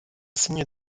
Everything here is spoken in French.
signe